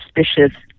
suspicious